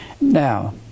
Now